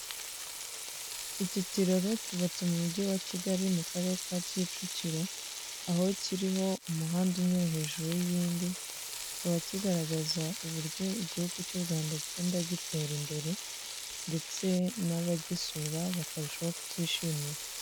Iki kiraro cyubatse mu mugi wa Kigali, mu karere ka Kicukiro, aho kiriho umuhanda unyura hejuru y'iyindi, kikaba kigaragaza uburyo igihugu cy'u Rwanda kigenda gitera imbere, ndetse n'abagisura bakarushaho kucyishimira.